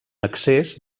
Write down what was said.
accés